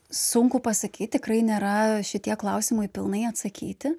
sunku pasakyt tikrai nėra šitie klausimai pilnai atsakyti